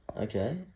Okay